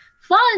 fun